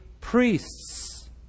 priests